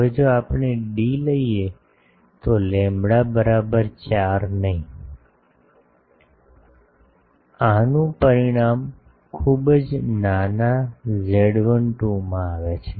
હવે જો આપણે ડી લઈએ તો લેમ્બડા બરાબર 4 નહીં આનું પરિણામ ખૂબ જ નાના Z12 માં આવે છે